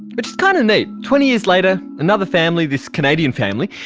which is kind of neat twenty years later another family, this canadian family,